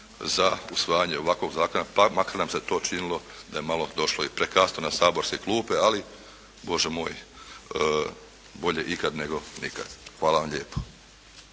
za usvajanje ovakvog zakona, pa makar nam se to činilo da je malo došlo i prekasno na saborske klupe, ali, Bože moj, bolje ikad nego nikad. Hvala vam lijepo.